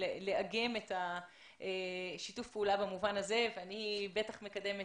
לאגם את שיתוף הפעולה במובן הזה ואני בטח מקדמת